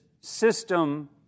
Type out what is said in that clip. system